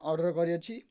order କରିଅଛି